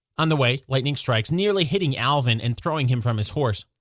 on the way, lightning strikes, nearly hitting alvin and throwing him from his horse.